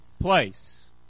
place